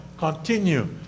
continue